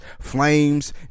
flames